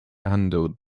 handled